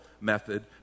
method